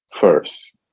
first